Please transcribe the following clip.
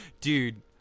Dude